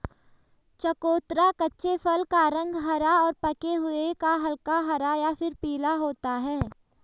चकोतरा कच्चे फल का रंग हरा और पके हुए का हल्का हरा या फिर पीला होता है